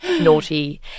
naughty